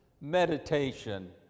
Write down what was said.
meditation